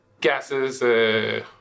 gases